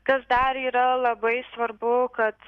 kas dar yra labai svarbu kad